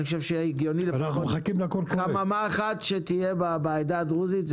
אני חושב שהגיוני שתהיה לפחות חממה אחת בעדה הדרוזית.